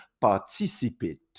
participate